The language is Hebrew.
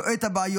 רואה את הבעיות,